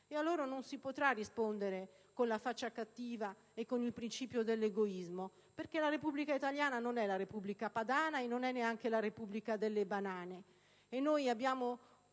A loro non si potrà rispondere con la faccia cattiva e con il principio dell'egoismo, perché la Repubblica italiana non è la Repubblica padana e neanche la repubblica delle banane.